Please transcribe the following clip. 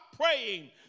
praying